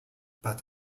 but